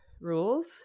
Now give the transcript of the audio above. rules